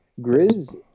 Grizz